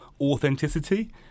authenticity